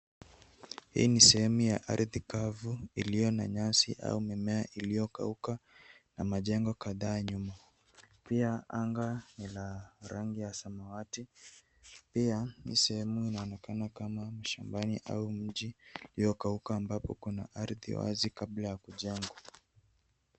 Hii ni sehemu ya ardhi kavu iliyo na nyasi au mimea iliyokauka na majengo kadhaa nyuma. Pia, anga ni la rangi ya samawati . Pia ni sehemu inaonekana kama mashambani au mji iliyokauka ambapo kuna ardhi wazi kabla ya kujengwa.